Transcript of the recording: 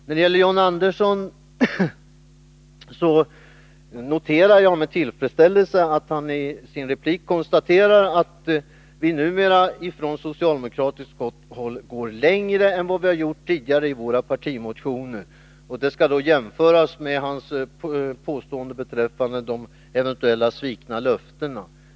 När det gäller John Andersson noterar jag med tillfredsställelse att han i sin replik konstaterar att vi numera från socialdemokratiskt håll går längre än vad vi har gjort tidigare i våra partimotioner. Det skall då jämföras med hans påstående beträffande de eventuella svikna löftena.